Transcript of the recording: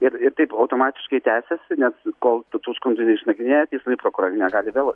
ir ir taip automatiškai tęsiasi nes kol tu tų skundų išnagrinėja teismai prokurorai negali vėl